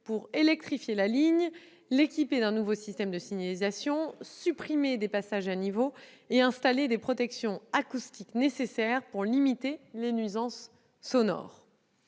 électrifier la ligne, l'équiper d'un nouveau système de signalisation, supprimer des passages à niveau et installer des protections acoustiques nécessaires en vue de limiter les nuisances sonores.